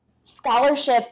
scholarship